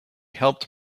helped